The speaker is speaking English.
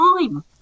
time